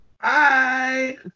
Hi